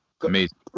Amazing